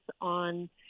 on